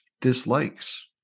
dislikes